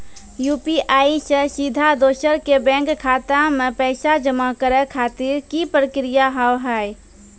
UPI से सीधा दोसर के बैंक खाता मे पैसा जमा करे खातिर की प्रक्रिया हाव हाय?